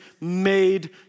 Made